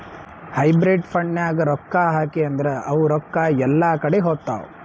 hybrid ಫಂಡ್ನಾಗ್ ರೊಕ್ಕಾ ಹಾಕಿ ಅಂದುರ್ ಅವು ರೊಕ್ಕಾ ಎಲ್ಲಾ ಕಡಿ ಹೋತ್ತಾವ್